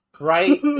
right